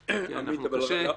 כי אני מתקשה...